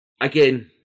again